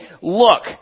look